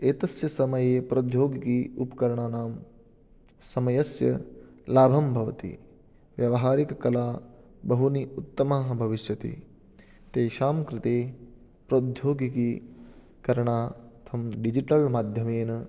एतस्य समये प्रौद्योगिक उपकरणानां समयस्य लाभं भवति व्यवहारिककला बहूनि उत्तमः भविष्यति तेषाङ्कृते प्रौद्योगिककरणार्थं डिजिटल्माध्यमेन